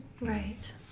Right